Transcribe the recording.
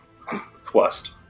quest